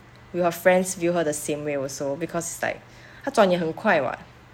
will her friends view her the same way also because it's like 她转也很快 [what]